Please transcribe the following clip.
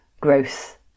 growth